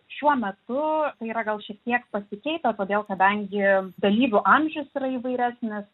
šiuo metu tai yra gal šiek tiek pasikeitę todėl kadangi dalyvių amžius yra įvairesnis